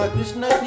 Krishna